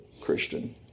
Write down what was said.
Christian